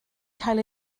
cael